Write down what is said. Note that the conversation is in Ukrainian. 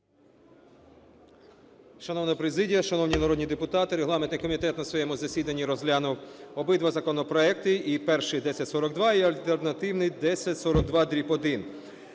Шановна президія, шановні народні депутати! Регламентний комітет на своєму засіданні розглянув обидва законопроекти – і перший 1042, і альтернативний 1042-1.